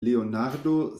leonardo